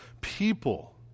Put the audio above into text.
people